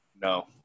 no